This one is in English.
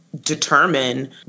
determine